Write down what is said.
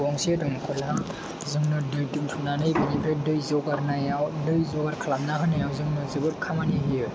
गंसे दंखला जोंनो दै दोनथुमनानै बिनिफ्राय दै जगारनायाव दै जगार खालामनानै होनायाव जोंनो जोबोर खामानि होयो